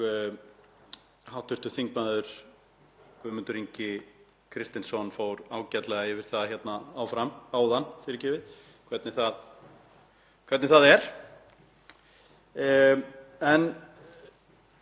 hvernig það er. En þetta er hins vegar vandamál sem leiðir bara af einum hlut, og það verður að segja það í þessari umræðu, það má ekki láta það ósagt,